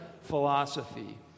philosophy